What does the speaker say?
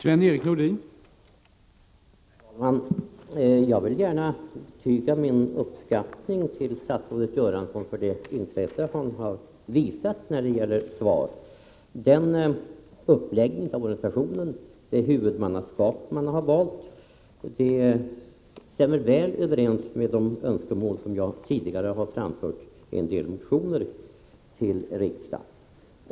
Herr talman! Jag vill gärna betyga min uppskattning av statsrådet Göranssons intresse för SVAR. Den uppläggning av organisationen och det huvudmannaskap man valt stämmer väl överens med de önskemål som jag tidigare har framfört i en del motioner i riksdagen.